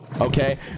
okay